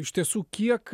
iš tiesų kiek